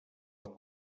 att